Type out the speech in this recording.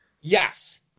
Yes